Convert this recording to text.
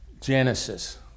Genesis